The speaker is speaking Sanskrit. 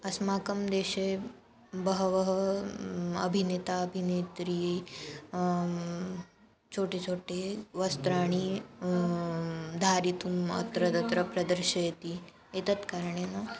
अस्माकं देशे बहवः अभिनेता अभिनेत्री छोटे छोटे वस्त्राणि धारितुम् अत्र तत्र प्रदर्शयति एतत् कारणेन